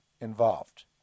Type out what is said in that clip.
involved